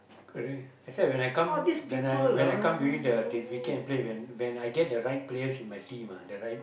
correct except when I come when I when I come during the this weekend I play when I get the right player in the team ah the right the right